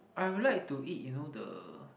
I will like to eat you know the